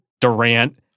Durant